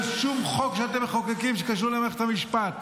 שום חוק שאתם מחוקקים שקשור למערכת המשפט.